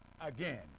again